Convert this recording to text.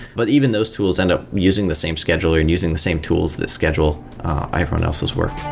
but even those tools end up using the same scheduler and using the same tools that schedule everyone else's work